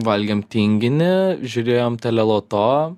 valgėm tinginį žiūrėjom teleloto